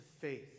faith